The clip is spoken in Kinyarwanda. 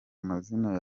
amazina